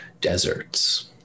deserts